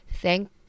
Thank